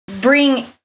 bring